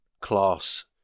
class